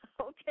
Okay